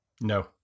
No